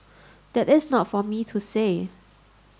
that is not for me to say